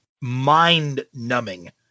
mind-numbing